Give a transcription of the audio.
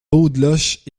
beaudeloche